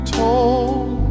told